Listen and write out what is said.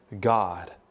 God